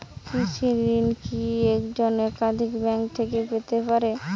কৃষিঋণ কি একজন একাধিক ব্যাঙ্ক থেকে পেতে পারে?